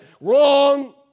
wrong